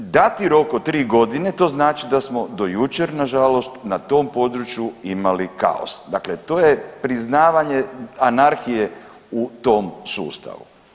Dati rok od tri godine to znači da smo do jučer nažalost na tom području imali kaos, dakle to je priznavanje anarhije u tom sustavu.